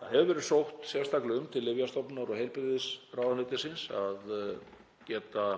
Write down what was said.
Það hefur verið sótt sérstaklega um til Lyfjastofnunar og heilbrigðisráðuneytisins að